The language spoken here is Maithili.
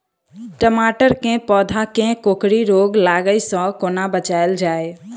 टमाटर केँ पौधा केँ कोकरी रोग लागै सऽ कोना बचाएल जाएँ?